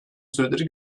süredir